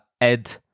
Ed